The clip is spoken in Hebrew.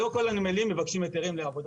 לא כל הנמלים מבקשים היתרים לעבודה